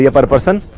yeah but person.